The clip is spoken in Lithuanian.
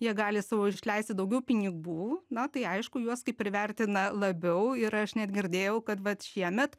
jie gali savo išleisti daugiau pinigų na tai aišku juos kaip ir vertina labiau ir aš net girdėjau kad vat šiemet